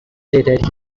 stated